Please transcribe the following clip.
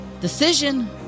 decision